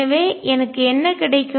எனவே எனக்கு என்ன கிடைக்கும்